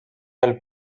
del